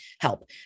help